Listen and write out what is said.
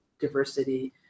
diversity